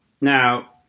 Now